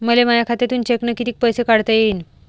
मले माया खात्यातून चेकनं कितीक पैसे काढता येईन?